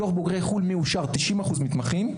מתוך בוגרי חו"ל מאושר - 90% מתמחים.